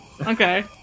Okay